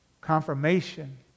confirmation